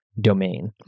domain